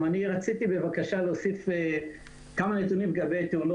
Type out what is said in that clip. רציתי בבקשה להוסיף כמה נתונים לגבי תאונות